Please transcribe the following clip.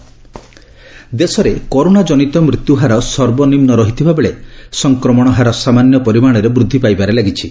corona status ଦେଶରେ corona ଜନିତ ମୃତ୍ୟୁ ହାର ସର୍ବନିମ୍ନ ରହିଥିବା ବେଳେ ସଂକ୍ମଣ ହାର ସାମାନ୍ୟ ପରିମାଣରେ ବୃଦ୍ଧି ପାଇବାରେ ଲାଗିଛି